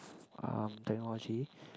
um technology